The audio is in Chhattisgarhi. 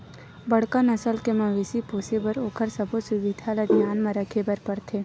बड़का नसल के मवेशी पोसे बर ओखर सबो सुबिधा ल धियान म राखे बर परथे